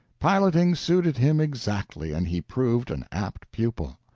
piloting suited him exactly, and he proved an apt pupil.